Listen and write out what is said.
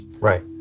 Right